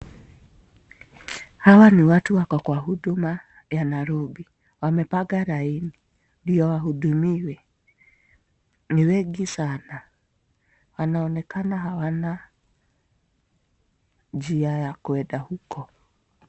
Hawa ni watu wako kwa huduma ya Narobi ,wamepanga laini ,ndio wahudumiwe ni wengi sana, wanaonekana hawana njia ya kuenda huko.